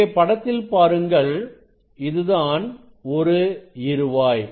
இங்கே படத்தில் பாருங்கள் இதுதான் ஒரு இறுவாய்